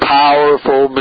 powerful